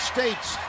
States